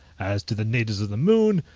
as to the natives of the moon,